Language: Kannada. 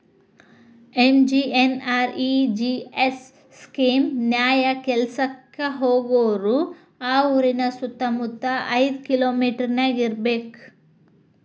ಎಂ.ಜಿ.ಎನ್.ಆರ್.ಇ.ಜಿ.ಎಸ್ ಸ್ಕೇಮ್ ನ್ಯಾಯ ಕೆಲ್ಸಕ್ಕ ಹೋಗೋರು ಆ ಊರಿನ ಸುತ್ತಮುತ್ತ ಐದ್ ಕಿಲೋಮಿಟರನ್ಯಾಗ ಇರ್ಬೆಕ್